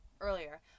earlier